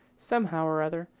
somehow or other,